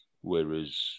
whereas